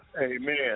Amen